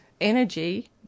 energy